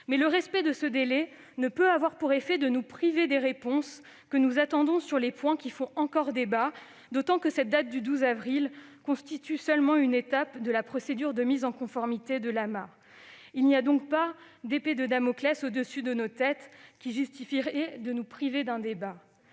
Mais le respect de ce délai ne peut avoir pour effet de nous priver des réponses que nous attendons sur les points qui font encore débat, d'autant que la date du 12 avril prochain constitue seulement une étape de la procédure de mise en conformité de l'AMA. Il n'existe donc aucune épée de Damoclès au-dessus de nos têtes qui justifierait de nous priver d'un débat.